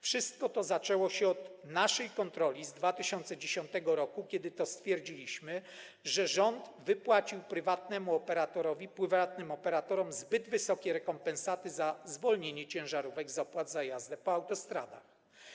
Wszystko to zaczęło się od naszej kontroli z 2010 r., kiedy to stwierdziliśmy, że rząd wypłacił prywatnym operatorom zbyt wysokie rekompensaty za zwolnienie ciężarówek z opłat za jazdę po autostradach.